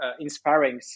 inspiring